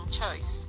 choice